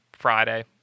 Friday